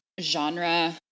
genre